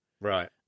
Right